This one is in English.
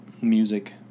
music